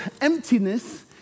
emptiness